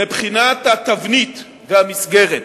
מבחינת התבנית והמסגרת,